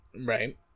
Right